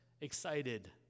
Excited